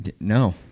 No